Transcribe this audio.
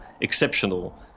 exceptional